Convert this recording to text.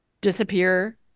disappear